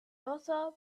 also